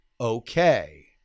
okay